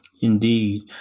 Indeed